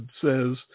says